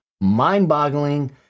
mind-boggling